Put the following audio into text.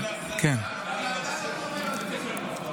למה אתה לא שומר על זה?